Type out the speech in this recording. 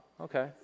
Okay